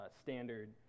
standard